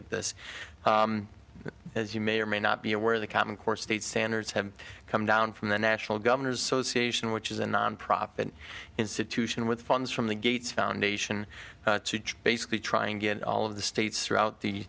at this as you may or may not be aware the common core state standards have come down from the national governors association which is a nonprofit institution with funds from the gates foundation which basically try and get all of the states throughout the